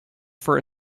for